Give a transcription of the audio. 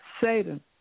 Satan